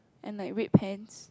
and like red pants